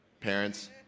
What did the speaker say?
parents